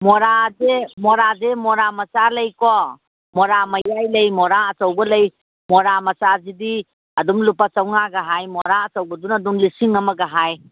ꯃꯣꯔꯥꯁꯦ ꯃꯣꯔꯥꯁꯦ ꯃꯣꯔꯥ ꯃꯆꯥ ꯂꯩꯀꯣ ꯃꯣꯔꯥ ꯃꯌꯥꯏ ꯂꯩ ꯃꯣꯔꯥ ꯑꯆꯧꯕ ꯂꯩ ꯃꯣꯔꯥ ꯃꯆꯥꯁꯤꯗꯤ ꯑꯗꯨꯝ ꯂꯨꯄꯥ ꯆꯥꯝꯃꯉꯥꯒ ꯍꯥꯏ ꯃꯣꯔꯥ ꯑꯆꯧꯕꯗꯨꯅ ꯑꯗꯨꯝ ꯂꯤꯁꯤꯡ ꯑꯃꯒ ꯍꯥꯏ